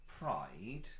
Pride